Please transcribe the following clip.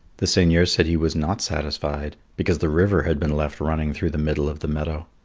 the seigneur said he was not satisfied, because the river had been left running through the middle of the meadow.